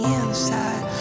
inside